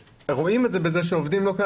רואים את זה בכך שחסרים עובדים.